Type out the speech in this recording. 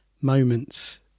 moments